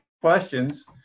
questions